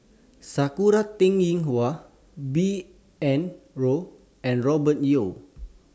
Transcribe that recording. Sakura Teng Ying Hua B N Rao and Robert Yeo